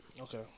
Okay